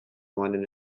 london